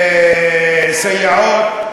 סייעות.